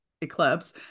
eclipse